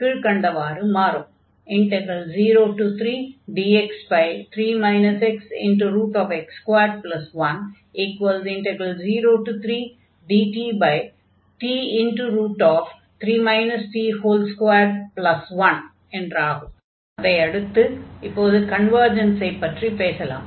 03dx3 xx2103dtt3 t21 அதையடுத்து கன்வர்ஜன்ஸை பற்றிப் பேசலாம்